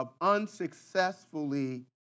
unsuccessfully